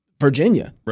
Virginia